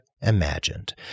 imagined